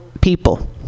people